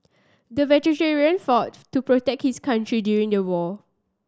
the fought to protect his country during the war